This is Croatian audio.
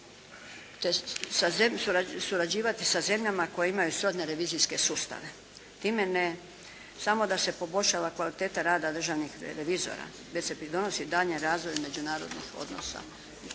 te surađivati sa zemljama koje imaju srodne revizijske sustave. Time ne samo da se poboljšava kvaliteta rada državnih revizija već se pridonosi daljnjem razvoju međunarodnih odnosa.